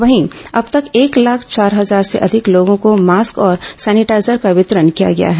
वहीं अब तक एक लाख चार हजार से अधिक लोगों को मास्क और सैनिटाईजर का वितरण किया गया है